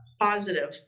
positive